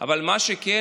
אבל מה שכן,